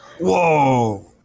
Whoa